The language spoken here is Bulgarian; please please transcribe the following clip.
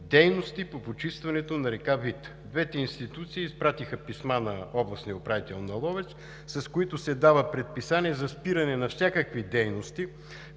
„дейности по почистването на река Вит“. Двете институции изпратиха писма на областния управител на Ловеч, с които се дава предписание за спиране на всякакви дейности